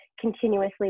continuously